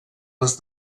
les